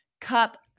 Cup